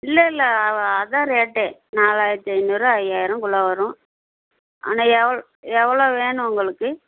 இல்லை இல்லை அவ் அதுதான் ரேட்டே நாலாயிரத்து ஐநூறு ஐயாயிரம்குள்ளே வரும் ஆனால் எவ் எவ்வளோ வேணும் உங்களுக்கு